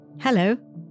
Hello